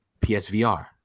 PSVR